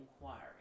inquiry